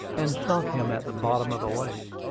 and sunk him at the bottom of the lake.